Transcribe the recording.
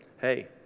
hey